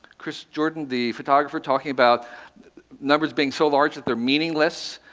chris jordan, the photographer, talking about numbers being so large that they're meaningless?